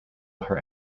her